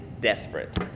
desperate